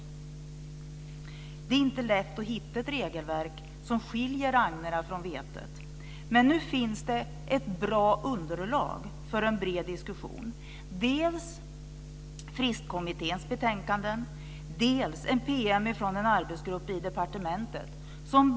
Det är inte lätt att hitta ett regelverk som skiljer agnarna från vetet. Men nu finns det ett bra underlag för en bred diskussion, dels Fristkommitténs betänkande, dels en PM från en arbetsgrupp i departementet.